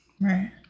Right